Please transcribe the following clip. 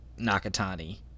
Nakatani